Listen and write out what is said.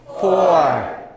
four